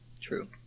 True